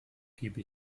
gebe